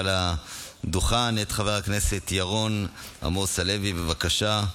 לדוכן את חבר הכנסת ירון עמוס לוי, בבקשה.